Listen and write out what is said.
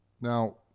Now